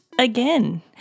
again